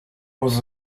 was